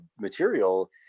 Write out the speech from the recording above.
material